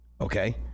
Okay